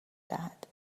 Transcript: دهد